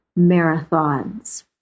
marathons